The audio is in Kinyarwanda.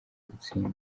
gutsinda